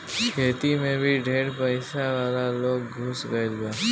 खेती मे भी ढेर पइसा वाला लोग घुस गईल बा